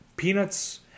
Peanuts